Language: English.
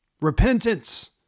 Repentance